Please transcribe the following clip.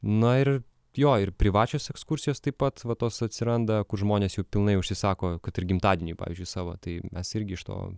na ir jo ir privačios ekskursijos taip pat vat tos atsiranda kur žmonės jau pilnai užsisako kad ir gimtadienį pavyzdžiui savo tai mes irgi iš to